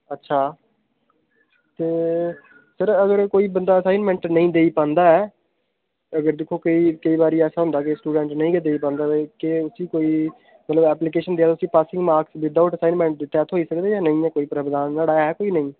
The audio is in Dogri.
अच्छा ते सर अगर कोई बंदा असाइनमेंट नेईं देई पांदा ऐ अगर दिक्खो केईं केईं बारी ऐसा होंदा कि स्टूडेंट नेईं गै देई पांदा केह् उसी कोई ऐप्लीकेशन जां पासिंग नंबर बिना विदआउट असाइनमेंट क्या थ्होई सकदे जां नेईं ऐ कोई प्रावधान नुहाड़ा ऐ कोई जां नेईं